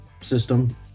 system